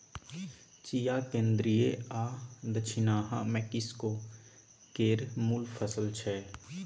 चिया केंद्रीय आ दछिनाहा मैक्सिको केर मुल फसल छै